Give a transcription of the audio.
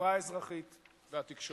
החברה האזרחית והתקשורת.